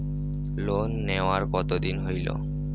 Loan নেওয়ার কতদিন হইল?